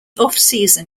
offseason